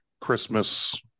christmas